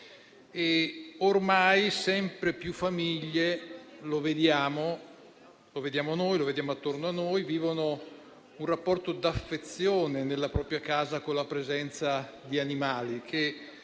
ormai sempre più famiglie - lo vediamo noi e attorno a noi - vivono un rapporto d'affezione nella propria casa con la presenza di animali,